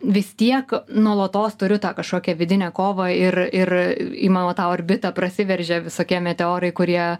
vis tiek nuolatos turiu tą kažkokią vidinę kovą ir ir į mano tą orbitą prasiveržia visokie meteorai kurie